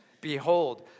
Behold